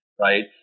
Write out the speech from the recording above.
right